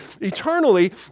eternally